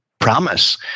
promise